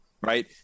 right